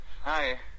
hi